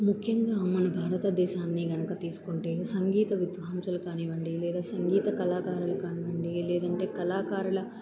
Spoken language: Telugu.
ముఖ్యంగా మన భారతదేశాన్ని కనుక తీసుకుంటే సంగీత విద్వాంశలు కానివ్వండి లేదా సంగీత కళాకారులు కానివ్వండి లేదంటే కళాకారుల